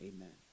Amen